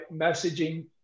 messaging